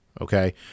Okay